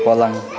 पलङ